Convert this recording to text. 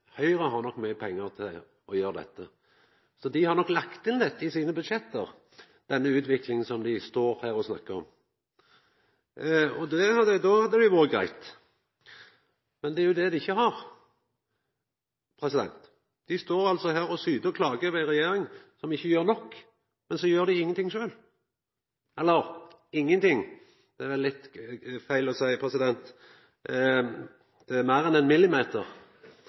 Høgre har nok mykje pengar til å gjera dette, dei har nok lagt denne utviklinga dei står her og snakkar om, inn i sine budsjett. Då hadde det jo vore greitt. Men det er jo det dei ikkje har – dei står altså her og syter og klagar over ei regjering som ikkje gjer nok, men dei gjer ingenting sjølve. Eller: Ingenting er det litt feil å seia – det er meir enn ein